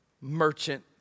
merchant